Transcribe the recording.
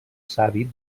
savi